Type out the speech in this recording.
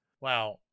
Wow